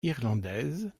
irlandaises